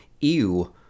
ew